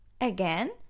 Again